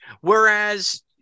whereas